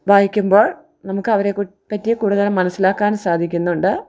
വായിക്കുമ്പോൾ നമുക്ക് അവരെ പറ്റി കൂടുതലും മനസ്സിലാക്കാൻ സാധിക്കുന്നുണ്ട്